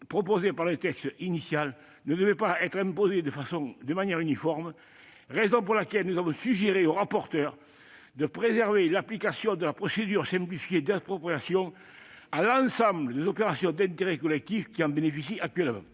prévue dans le texte initial, ne devait pas être imposée de manière uniforme. C'est la raison pour laquelle nous avons suggéré au rapporteur de préserver l'application de la procédure simplifiée d'expropriation à l'ensemble des opérations d'intérêt collectif qui en bénéficient actuellement.